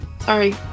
Sorry